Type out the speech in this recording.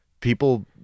people